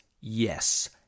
yes